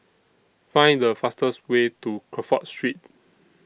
Find The fastest Way to Crawford Street